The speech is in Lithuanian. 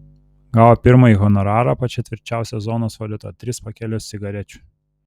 gavo pirmąjį honorarą pačia tvirčiausia zonos valiuta tris pakelius cigarečių